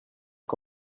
ans